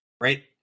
right